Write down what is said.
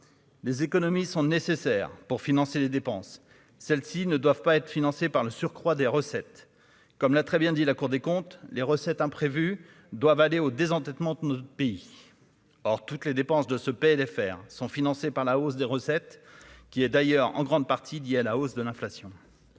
les économies sont nécessaires pour financer les dépenses, celles-ci ne doivent pas être financée par le surcroît des recettes, comme l'a très bien dit la Cour des comptes, les recettes imprévues doivent aller au désendettement de notre pays, or toutes les dépenses de ce PLFR sont financés par la hausse des recettes qui est d'ailleurs en grande partie, dit à la hausse de l'inflation.